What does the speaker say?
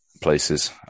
places